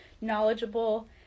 knowledgeable